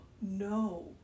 no